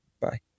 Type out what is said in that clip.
Bye